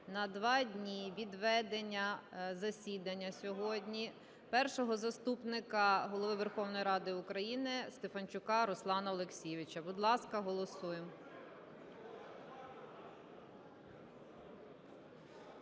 на два дні від ведення засідання сьогодні Першого заступника Голови Верховної Ради України Стефанчука Руслана Олексійовича. Будь ласка, голосуємо.